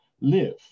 live